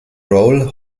roll